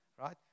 right